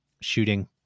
shooting